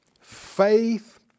faith